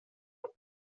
жок